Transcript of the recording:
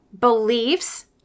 beliefs